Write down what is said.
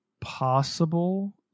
possible